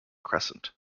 crescent